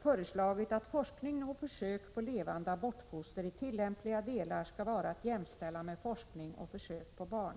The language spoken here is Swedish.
föreslagit att forskning och försök på levande abortfoster i tillämpliga delar skall vara att jämställa med forskning och försök på barn.